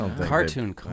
Cartoon